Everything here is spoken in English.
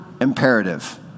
imperative